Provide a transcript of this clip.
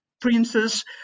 princes